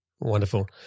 Wonderful